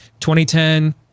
2010